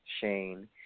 Shane